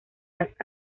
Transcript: las